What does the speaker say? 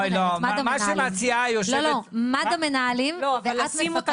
לא, לא, מד"א מנהלים ואת מפקחת.